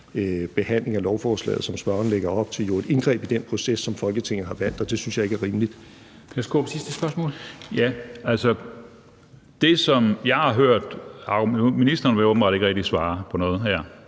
behandling af lovforslaget, som spørgeren lægger op til, et indgreb i den proces, som Folketinget har valgt, og det synes jeg ikke er rimeligt.